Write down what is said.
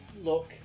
look